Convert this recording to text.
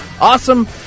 Awesome